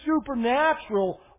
supernatural